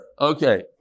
Okay